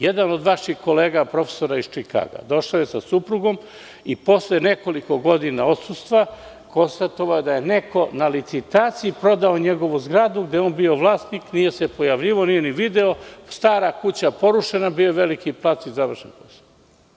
Jedan od vaših kolega profesora iz Čikaga, došao je sa suprugom i posle nekoliko godina odsustva konstatovao da je neko na licitaciji prodao njegovu zgradu, gde je on bio vlasnik, nije se pojavljivao, nije ni video, stara kuća porušena, bio veliki plac i završen posao.